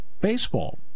Baseball